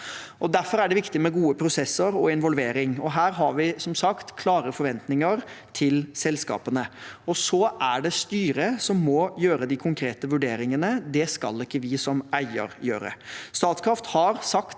Derfor er det viktig med gode prosesser og involvering. Her har vi som sagt klare forventninger til selskapene, og så er det styret som må gjøre de konkrete vurderingene. Det skal ikke vi som eier gjøre.